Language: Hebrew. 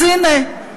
אז הנה,